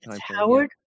Howard